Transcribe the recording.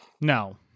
No